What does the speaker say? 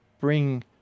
bring